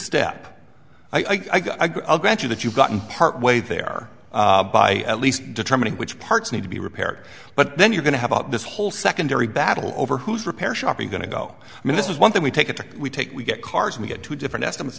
step i guess i'll grant you that you've gotten partway there by at least determining which parts need to be repaired but then you're going to have about this whole secondary battle over who's repair shop is going to go i mean this is one thing we take it to we take we get cars we get two different estimates